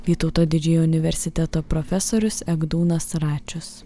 vytauto didžiojo universiteto profesorius egdūnas račius